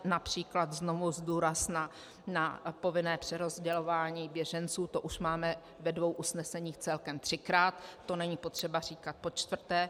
Například znovu klást důraz na povinné přerozdělování běženců to už máme ve dvou usneseních celkem třikrát, to není potřeba říkat počtvrté.